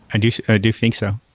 and do ah do think so.